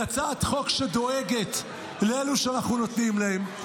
היא הצעת חוק שדואגת לאלו שאנחנו נותנים להם.